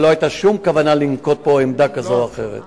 אבל לא היתה שום כוונה לנקוט פה עמדה כזאת או אחרת.